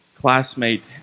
classmate